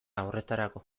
horretarako